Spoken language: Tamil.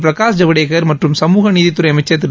பிரகாஷ் ஜவ்டேகர் மற்றும் சமூக நீதித்துறை அளமச்சர் திரு